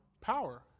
power